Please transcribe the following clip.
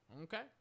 Okay